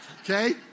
okay